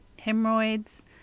hemorrhoids